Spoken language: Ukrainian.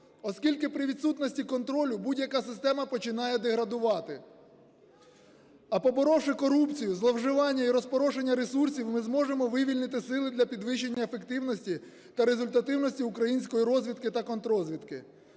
оскільки при відсутності контролю будь-яка система починає деградувати. А поборовши корупцію, зловживання і розпорошення ресурсів, ми зможемо вивільнити сили для підвищення ефективності та результативності української розвідки та контррозвідки.